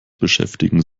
beschäftigen